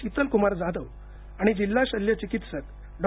शितलकुमारजाधव आणि जिल्हा शल्य चिकित्सक डॉ